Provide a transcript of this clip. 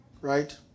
right